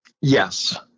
Yes